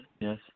Yes